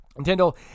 Nintendo